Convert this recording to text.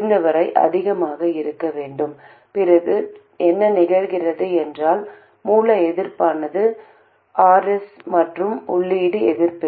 இந்த நிலை மின்தேக்கி இருந்தாலும் இல்லாவிட்டாலும் பெருக்கியின் ஆதாயம் ஒரே மாதிரியாக இருப்பதை உறுதி செய்கிறது அதாவது மின்தேக்கி குறுகியதாக இருப்பதன் அர்த்தம்